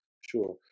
sure